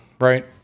right